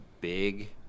big